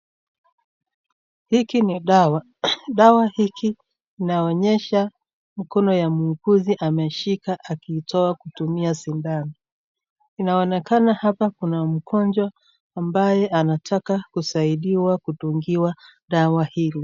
Hiki ni dawa, dawa hiki inaonyesha mkono ya muuguzi ameshika akitowa akitumia sindano, inaonekana hapa kuna mgonjwa ambaye anataka kusaidiwa kudungiwa dawa hili.